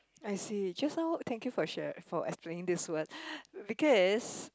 I see just now thank you for share for explaining this word because